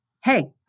hey